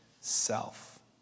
self